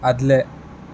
आदलें